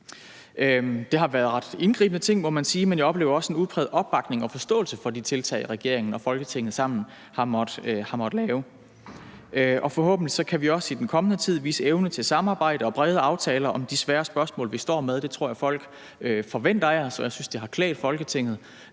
Der har været tale om ret indgribende ting, må man sige, men jeg oplever også en udpræget opbakning til og forståelse for de tiltag, regeringen og Folketinget sammen har måttet lave. Og forhåbentlig kan vi også i den kommende tid vise evne til samarbejde og brede aftaler om de svære spørgsmål, vi står med. Det tror jeg at folk forventer af os, og jeg synes, det har klædt Folketinget